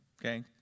Okay